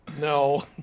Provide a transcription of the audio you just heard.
no